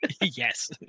yes